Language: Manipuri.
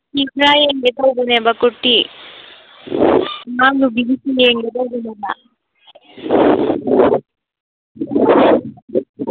ꯐꯤ ꯈꯔ ꯌꯦꯡꯒꯦ ꯇꯧꯕꯅꯦꯕ ꯀꯨꯔꯇꯤ ꯑꯉꯥꯡ ꯅꯨꯄꯤꯒꯤꯁꯨ ꯌꯦꯡꯒꯦ ꯇꯧꯕꯅꯦꯕ